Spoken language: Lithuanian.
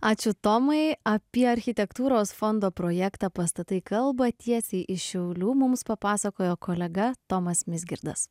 ačiū tomui apie architektūros fondo projektą pastatai kalba tiesiai iš šiaulių mums papasakojo kolega tomas misgirdas